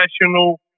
professional